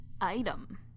Item